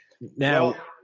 Now